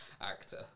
actor